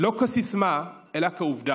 לא כסיסמה אלא כעובדה.